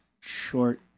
Short